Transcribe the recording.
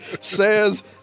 says